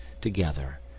together